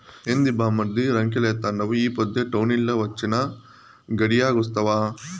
ఏంది బామ్మర్ది రంకెలేత్తండావు ఈ పొద్దే టౌనెల్లి వొచ్చినా, గడియాగొస్తావా